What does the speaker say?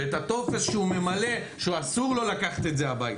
ואת הטופס שהוא ממלא שאסור לו לקחת את זה הביתה.